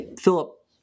Philip